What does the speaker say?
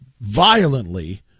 violently